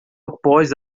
após